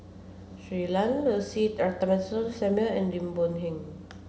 Shui Lan Lucy Ratnammah Samuel and Lim Boon Heng